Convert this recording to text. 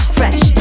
fresh